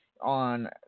on